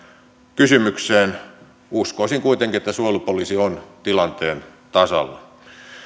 kysymykseen uskoisin kuitenkin että suojelupoliisi on tilanteen tasalla